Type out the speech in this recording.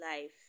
life